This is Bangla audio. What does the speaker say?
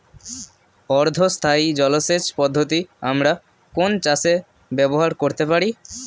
অর্ধ স্থায়ী জলসেচ পদ্ধতি আমরা কোন চাষে ব্যবহার করতে পারি?